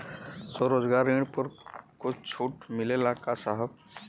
स्वरोजगार ऋण पर कुछ छूट मिलेला का साहब?